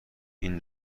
این